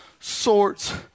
sorts